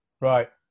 right